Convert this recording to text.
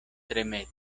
tremetis